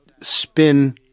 spin